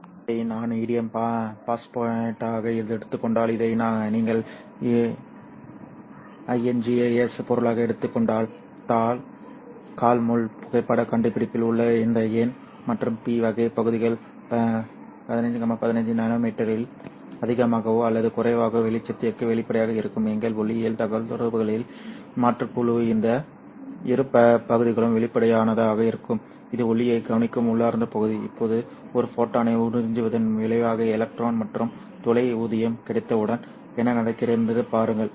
ஆகவே இதை நான் இண்டியம் பாஸ்பேட்டாக எடுத்துக் கொண்டால் இதை நீங்கள் இன்காஏஸ் பொருளாக எடுத்துக் கொண்டால் கால் முள் புகைப்படக் கண்டுபிடிப்பில் உள்ள இந்த என் மற்றும் P வகை பகுதிகள் 15 15 நானோ மீட்டரில் அதிகமாகவோ அல்லது குறைவாகவோ வெளிச்சத்திற்கு வெளிப்படையாக இருக்கும் எங்கள் ஒளியியல் தகவல்தொடர்புகளின் மாற்றுக் குழு இந்த இரு பகுதிகளும் வெளிப்படையானதாக இருக்கும் இது ஒளியைக் கவனிக்கும் உள்ளார்ந்த பகுதி இப்போது ஒரு ஃபோட்டானை உறிஞ்சுவதன் விளைவாக எலக்ட்ரான் மற்றும் துளை ஊதியம் கிடைத்தவுடன் என்ன நடக்கிறது என்று பாருங்கள்